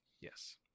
yes